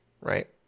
Right